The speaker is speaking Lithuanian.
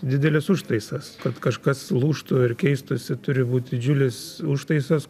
didelis užtaisas kad kažkas lūžtų ir keistųsi turi būt didžiulis užtaisas